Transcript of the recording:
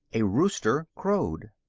a rooster crowed.